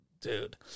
Dude